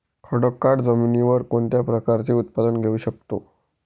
खडकाळ जमिनीवर कोणत्या प्रकारचे उत्पादन घेऊ शकतो?